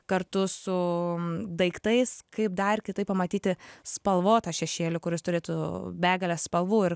kartu su daiktais kaip dar kitaip pamatyti spalvotą šešėlį kuris turėtų begalę spalvų ir